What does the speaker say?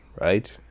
Right